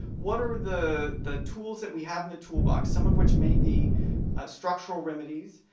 what are the the tools that we have in the toolbox, some of which may be structural remedies,